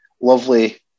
lovely